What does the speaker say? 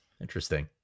Interesting